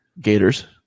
Gators